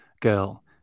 girl